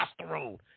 testosterone